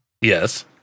Yes